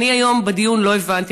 אני היום בדיון לא הבנתי.